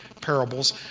parables